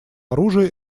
оружия